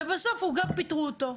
ובסוף גם פיטרו אותו.